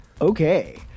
Okay